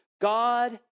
God